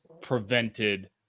prevented